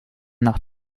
nach